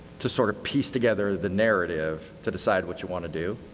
to sort of piece together the narrative to decide what you want to do?